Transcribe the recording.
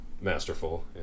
masterful